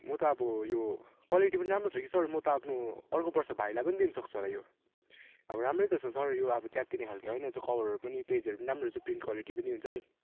म त अब यो क्वालिटी पनि राम्रो छ कि सर म त आफ्नो अर्को वर्ष भाइलाई पनि दिनु सक्छु होला यो अब राम्रै त छ सर यो अब च्यातिने खालको होइन यो चाहिँ कभरहरू पनि पेजहरू पनि राम्रो रहेछ प्रिन्ट क्वालिटी पनि हुन्छ नि